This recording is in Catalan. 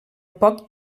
poc